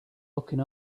looking